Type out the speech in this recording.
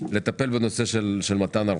לטפל בנושא של מתן ערבות,